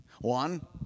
One